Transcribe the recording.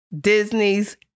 Disney's